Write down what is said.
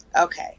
Okay